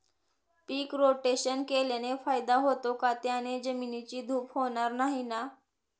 पीक rotation केल्याने फायदा होतो का? त्याने जमिनीची धूप होणार नाही ना?